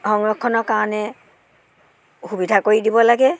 সংৰক্ষণৰ কাৰণে সুবিধা কৰি দিব লাগে